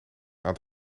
aan